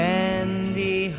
Candy